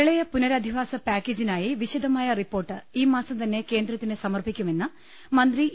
പ്രളയ പുനരധിവാസ പാക്കേജിനായി വിശദമായ റിപ്പോർട്ട് ഈമാസംതന്നെ കേന്ദ്രത്തിന് സമർപ്പിക്കു മെന്ന് മന്തി ഇ